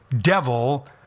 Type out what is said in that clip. devil